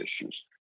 issues